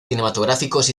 cinematográficos